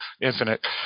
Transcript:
Infinite